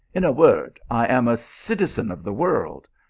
in a word, i am a citizen of the world.